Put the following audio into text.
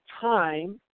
time